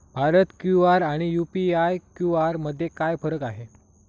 Bharat QR आणि UPI QR मध्ये काय फरक आहे?